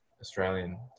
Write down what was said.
Australian